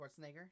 Schwarzenegger